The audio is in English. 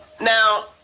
now